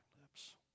lips